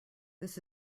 this